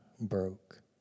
broke